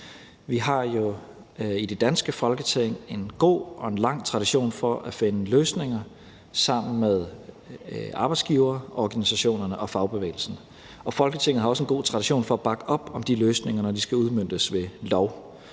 Vi har jo i det danske Folketing en god og en lang tradition for at finde løsninger sammen med arbejdsgiverorganisationerne og fagbevægelsen, og Folketinget har også en god tradition for at bakke op om de løsninger, når de skal udmøntes ved lov.